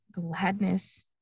gladness